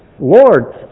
Lord